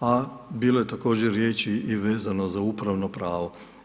a bilo je također riječi i vezano za upravno pravo.